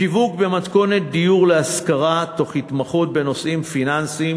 שיווק במתכונת דיור להשכרה תוך התמחות בנושאים פיננסיים